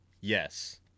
Yes